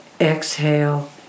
exhale